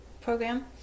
program